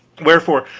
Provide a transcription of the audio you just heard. wherefore,